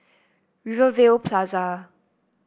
Rivervale Plaza